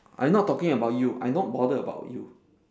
I not talking about you I not bothered about you